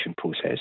process